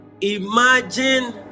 Imagine